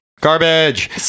Garbage